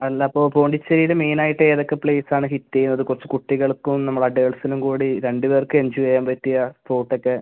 അല്ല അപ്പോൾ പോണ്ടിച്ചേരിയിൽ മെയിനായിട്ട് ഏതൊക്കെ പ്ലേസ് ആണ് ഹിറ്റ് ചെയ്യുന്നത് കുറച്ച് കുട്ടികൾക്കും നമ്മൾ അഡൽറ്റ്സിനും കൂടി രണ്ട് പേർക്ക് എൻജോയ് ചെയ്യാൻ പറ്റിയ പ്ലോട്ടൊക്കെ